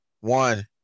One